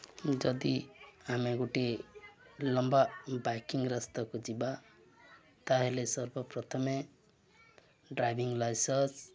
ଯଦି ଆମେ ଗୋଟିଏ ଲମ୍ବା ବାଇକିଂ ରାସ୍ତାକୁ ଯିବା ତା'ହେଲେ ସର୍ବପ୍ରଥମେ ଡ୍ରାଇଭିଂ ଲାଇସେନ୍ସ